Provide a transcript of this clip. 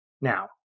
Now